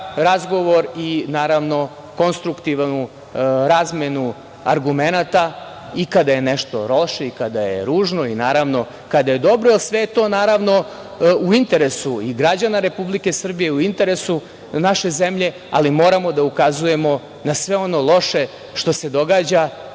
razgovor i naravno konstruktivnu razmenu argumenata i kada je nešto loše i kada je ružno i naravno kada je dobro. Sve je to, naravno, u interesu i građana Republike Srbije, u interesu naše zemlje, ali moramo da ukazujemo na sve ono loše što se događa,